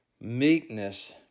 meekness